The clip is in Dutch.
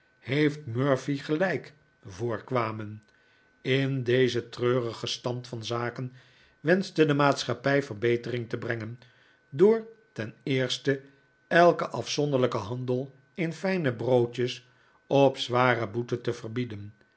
heeft murphy gelijk voorkwamen in dezen treurigen stand van zaken wenschte de maatschappij verbetering te brengen door ten eerste elken afzonderlijken handel in fijne broodjes op zware boete te verbieden